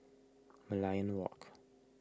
Merlion Walk